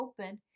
open